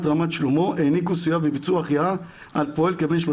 רמת שלמה העניקו סיוע וביצעו החייאה על פועל כבן 30